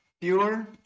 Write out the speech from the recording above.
pure